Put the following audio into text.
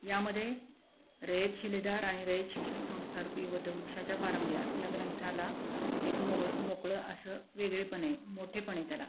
यामध्ये रयत शिलेदार आणि रयत शिक्षण संस्थारूपी वटाच्या पारंब्या या ग्रंथाला एक मोगळ मोकळं असं वेगळेपण आहे मोठेपण आहे त्याला